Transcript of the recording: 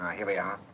here we are.